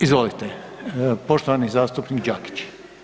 Izvolite, poštovani zastupnik Đakić.